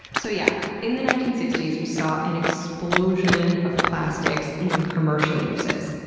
so yeah, in the nineteen sixty s we saw an explosion of plastics in commercial uses.